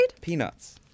Peanuts